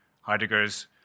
Heidegger's